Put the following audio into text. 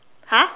!huh!